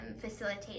facilitate